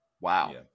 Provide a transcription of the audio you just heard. Wow